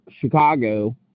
Chicago